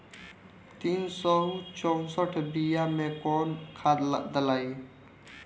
तीन सउ चउसठ बिया मे कौन खाद दलाई?